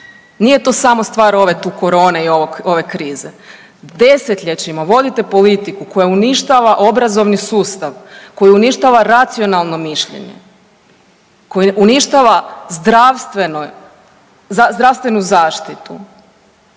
Nije tu samo stvar ove tu korone i ovog, ove krize, desetljećima vodite politiku koja uništava obrazovni sustav, koja uništava racionalno mišljenje, koji uništava zdravstveno,